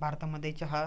भारतामध्ये चहा